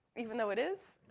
even though it is.